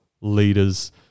leaders